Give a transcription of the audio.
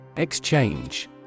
Exchange